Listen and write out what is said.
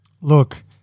Look